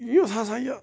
یُس ہَسا یہِ